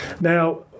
Now